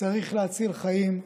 צריך להציל חיים,